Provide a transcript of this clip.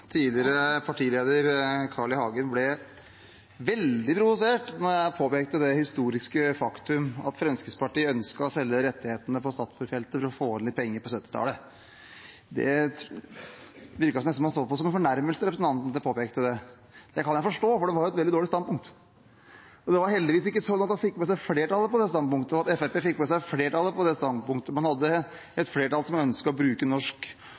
Tidligere partileder Carl I. Hagen ble veldig provosert da jeg påpekte det historiske faktum at Fremskrittspartiet på 1970-tallet ønsket å selge rettighetene til Statfjord-feltet for å få inn litt penger. Det virket nesten som om representanten så det som en fornærmelse at jeg påpekte det. Det kan jeg forstå, for det var et veldig dårlig standpunkt. Og det var heldigvis ikke sånn at han – og Fremskrittspartiet – fikk med seg flertallet på det standpunktet. Man hadde et flertall som ønsket å bruke